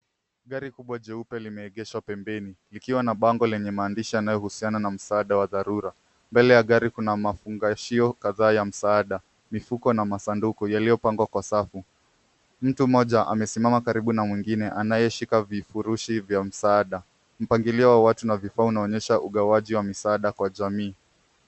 Gari kubwa jeupe limeegeshwa pembeni likiwa na bango lenye maandishi yanayohusiana na msaada wa dharura. Mbele ya gari kuna mafungashio kadhaa ya msaada, mifuko na masanduku yaliyopangwa kwa safu. Mtu mmoja amesimama karibu na mwingine anayeshika vifurushi vya msaada. Mpangilio wa watu na vifaa unaonyesha ugawaji wa msaada kwa jamii.